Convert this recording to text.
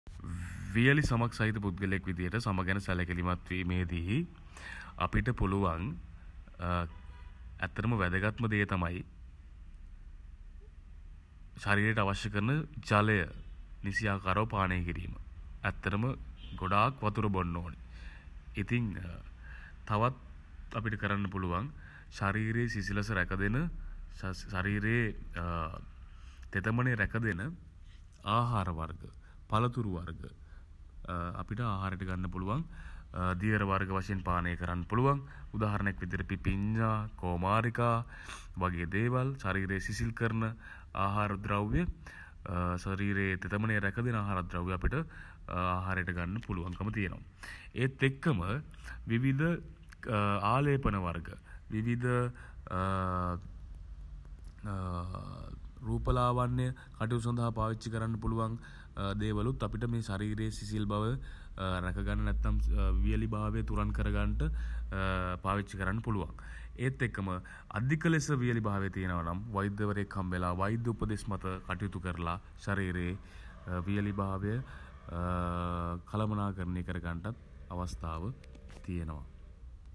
වියළි සමක් සහිත පුද්ගලයෙකුට සම ගැන සැලකිලිමත් වීමේදී අපිට පුළුවන් ඇත්තටම වැදගත්ම දේ තමයි ශරීරයට අවශ්‍ය කරන ජලය නිසියාකාරව පානය කිරීම. ඇත්තටම ගොඩාක් වතුර බොන්න ඕනේ. ඉතින් තවත් අපිට කරන්න පුලුවන් ශරීරයේ සිසිලස රැක දෙන ශරීරයේ තෙතමනය රැක දෙන ආහාර වර්ග පළතුරු වර්ග අපිට ආහාරයට ගන්න පුළුවන්. දියර වර්ග වශයෙන් පානය කරන්න පුළුවන්. උදාහරණයක් විදියට පිපිඤ්ඤා කෝමාරිකා වගේ දේවල් ශරීරය සිසිල් කරන ආහාර ද්‍රව්‍ය ශරීරයේ තෙතමනය රැක දෙන ආහාර ද්‍රව්‍ය අපිට ආහාරයට ගන්න පුළුවන්කම තියෙනවා. ඒත් එක්කම විවිධ ආලේපන වර්ග විවිධ රූපලාවන්‍ය කටයුතු සඳහා පාවිච්චි කරන්න පුළුවන් දේවලුත් අපිට මේ ශරීරයේ සිසිල් බව රැක ගන්න නැත්නම් වියළිභාවය තුරන් කරගන්ට පාවිච්චි කරන්න පුළුවන්. ඒත් එක්කම අධික ලෙස වියළි භාවය තියෙනවා නම් වෛද්‍යවරයෙක් හම්බෙලා වෛද්‍ය උපදෙස් මත කටයුතු කරලා ශරීරයේ වියළිභාවය කළමනාකරණය කරගන්ටත් අවස්ථාව තියෙනවා.